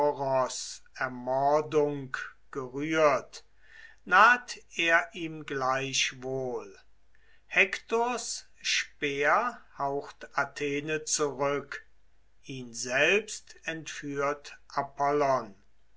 ermordung gerührt naht er ihm gleichwohl hektors speer haucht athene zurück ihn selbst entführt